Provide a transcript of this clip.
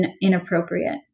inappropriate